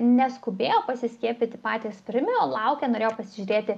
neskubėjo pasiskiepyti patys pirmi o laukė norėjo pasižiūrėti